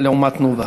להשפיע?